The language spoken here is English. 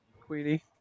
Queenie